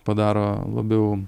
padaro labiau